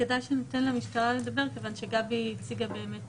כדאי שניתן למשטרה לדבר כיוון שגבי הציגה את